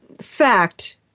fact